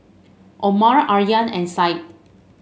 Omar Aryan and Said